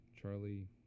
Charlie